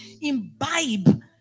imbibe